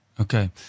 Okay